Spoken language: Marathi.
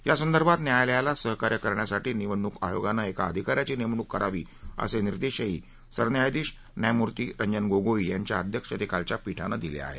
यासंदर्भात न्यायालयाला सहकार्य करण्यासाठी निवडणूक आयोगानं एका अधिकाऱ्याची नेमणूक करावी असे निर्देशही सरन्यायाधिश न्यायमूर्ती रंजन गोगोई यांच्या अध्यक्षतेखालच्या पीठानं दिले आहेत